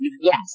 yes